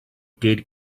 did